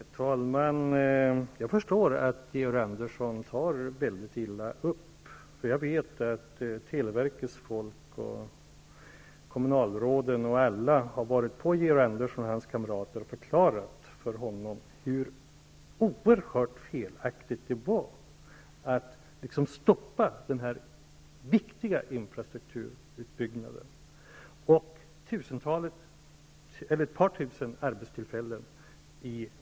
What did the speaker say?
Herr talman! Jag förstår att Georg Andersson tar illa upp. Jag vet att televerkets folk, kommunalråd, osv. har förklarat för Georg Andersson och hans kamrater hur oerhört felaktigt det var att stoppa den viktiga utbyggnaden av infrastrukturen och skapandet av ett par tusen arbetstillfällen.